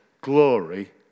glory